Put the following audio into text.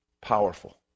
powerful